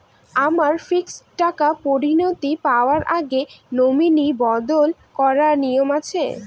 আমার ফিক্সড টাকা পরিনতি পাওয়ার আগে নমিনি বদল করার নিয়ম আছে?